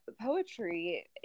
poetry